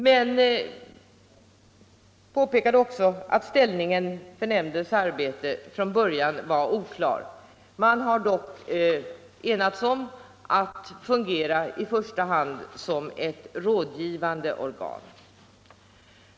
Men han framhöll också att ställningen för nämndens arbete från början var oklar. Man har dock enats om att i första hand fungera som ett rådgivande organ.